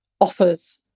offers